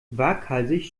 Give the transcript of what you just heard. waghalsig